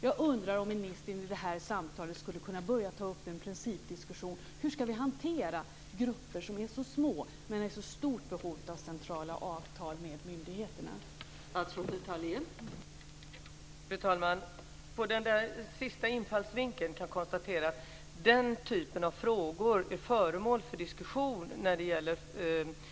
Jag undrar om ministern i det här samtalet skulle kunna ta upp en principdiskussion om hur så små grupper med så stort behov av avtal med centrala myndigheter ska hanteras.